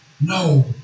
No